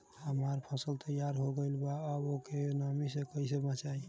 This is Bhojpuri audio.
हमार फसल तैयार हो गएल बा अब ओके नमी से कइसे बचाई?